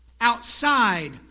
Outside